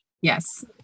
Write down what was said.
yes